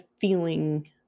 feeling